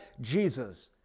Jesus